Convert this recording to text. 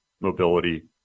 mobility